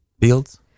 Fields